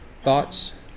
Thoughts